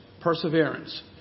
perseverance